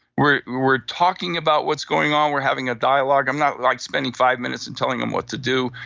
we're we're talking about what's going on. we're having a dialogue. i'm not like spending five minutes and telling them what to do.